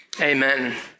amen